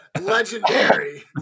legendary